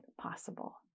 possible